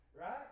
Right